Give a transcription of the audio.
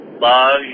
love